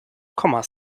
kommas